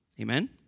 Amen